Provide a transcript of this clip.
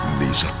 these